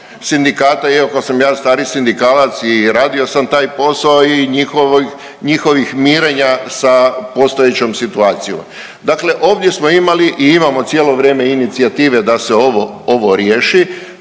sindikata, iako sam ja stari sindikalac i radio sam taj posao i njihovih mirenja sa postojećom situacijom. Dakle ovdje smo imali i imamo cijelo vrijeme inicijative da se ovo riješi.